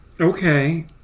Okay